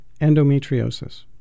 endometriosis